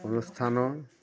অনুষ্ঠানৰ